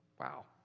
Wow